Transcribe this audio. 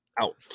out